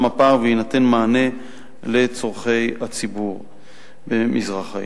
הפער ויינתן מענה לצורכי הציבור במזרח העיר.